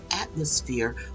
atmosphere